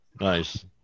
Nice